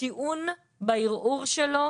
כטיעון בערעור שלו